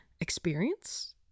experience